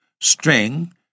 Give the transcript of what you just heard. String